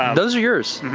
those are yours.